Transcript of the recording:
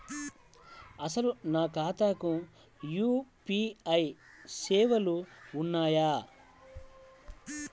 అసలు నా ఖాతాకు యూ.పీ.ఐ సేవలు ఉన్నాయా?